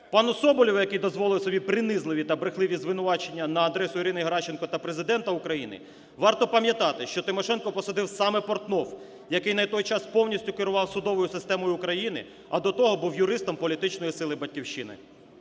Пану Соболєву, який дозволив собі принизливі та брехливі звинувачення на адресу Ірини Геращенко та Президента України, варто пам'ятати, що Тимошенко посадив саме Портнов, який на той час повністю керував судовою системою України, а до того був юристом політичної сили "Батьківщини".